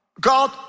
God